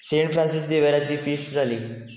Saint Francis देवेराची feast जाली